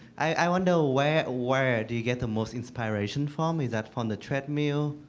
i wonder where where do you get the most inspiration from? is that from the treadmill?